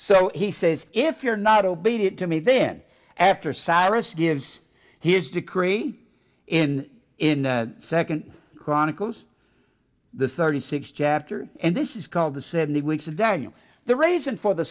so he says if you're not obedient to me then after cyrus gives his decree in in the second chronicles the thirty six jav to and this is called the seventy weeks of daniel the reason for the